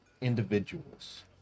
individuals